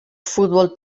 futbol